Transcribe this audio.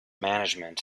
management